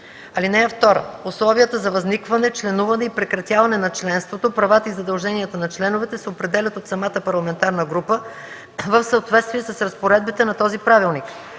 група. (2) Условията за възникване, членуване и прекратяване на членството, правата и задълженията на членовете се определят от самата парламентарна група в съответствие с разпоредбите на този правилник.